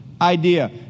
idea